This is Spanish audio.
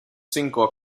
cinco